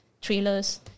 trailers